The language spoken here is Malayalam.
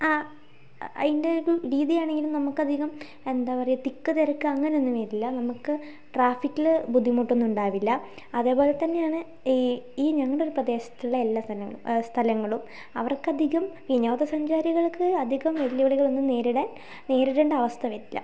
ആ അതിൻ്റെ ഒരു രീതിയാണെങ്കിലും നമുക്ക് അധികം എന്താ പറയുക തിക്ക് തിരക്ക് അങ്ങനെയൊന്നും വരില്ല നമുക്ക് ട്രാഫിക്കിൽ ബുദ്ധിമുട്ടൊന്നും ഉണ്ടാവില്ല അതേപോലെ തന്നെയാണ് ഈ ഈ ഞങ്ങളെയൊരീ പ്രദേശത്തുള്ള എല്ലാ സ്ഥലങ്ങളും സ്ഥലങ്ങളും അവർക്കധികം വിനോദ സഞ്ചാരികൾക്ക് അധികം വെല്ലുവിളികളൊന്നും നേരിടാൻ നേരിടേണ്ട അവസ്ഥ വരില്ല